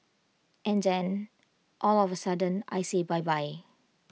and then all of A sudden I say bye bye